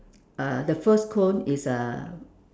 uh the first cone is uh